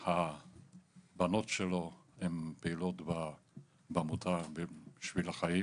הבנות שלו הן פעילות בעמותה 'שביל החיים'